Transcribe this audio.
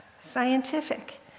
scientific